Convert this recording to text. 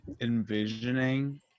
envisioning